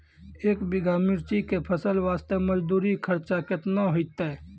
एक बीघा मिर्ची के फसल वास्ते मजदूरी खर्चा केतना होइते?